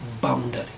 boundary